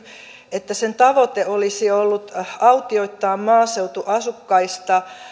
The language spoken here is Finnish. että sen tavoite olisi ollut autioittaa maaseutu asukkaista